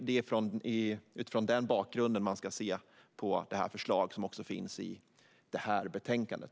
Det är utifrån den bakgrunden man ska se på förslaget som också finns i det här betänkandet.